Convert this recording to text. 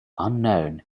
unknown